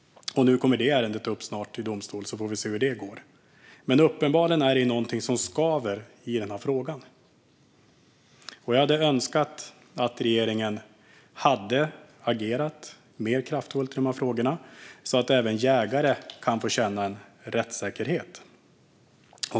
Nu kommer det ärendet upp snart i domstol, så får vi se hur det går. Uppenbarligen är det någonting som skaver i den här frågan. Jag hade önskat att regeringen hade agerat mer kraftfullt i de här frågorna så att även jägare kan få känna en rättssäkerhet.